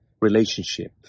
relationship